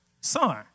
son